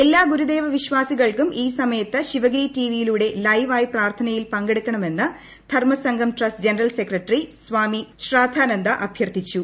എല്ലാ ഗുരുദേവ വിശ്വാസികളും ഈ സമയത്തു ശിവഗിരി ടി വി യിലൂടെ ലൈവായി പ്രാർത്ഥനയിൽ പങ്കെടുക്കണമെന്ന് Dharmasangham trust general secretary Swami Sandrananda അഭ്യർത്ഥിച്ചു